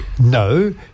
no